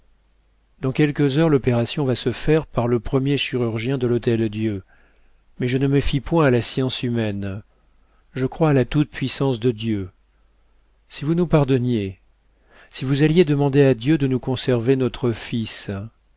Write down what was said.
dans quelques heures l'opération va se faire par le premier chirurgien de l'hôtel-dieu mais je ne me fie point à la science humaine je crois à la toute-puissance de dieu si vous nous pardonniez si vous alliez demander à dieu de nous conserver notre fils